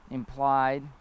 implied